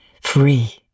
free